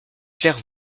claire